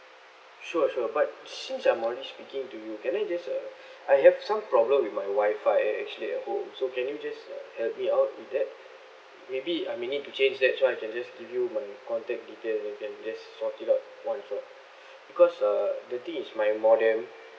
sure sure but since I'm already speaking to you can I just uh I have some problem with my wi-fi eh actually at home so can you just uh help me out with that maybe I may need to change that so I can just give you my contact details and you can just swap it up one with the because uh the thing is my modem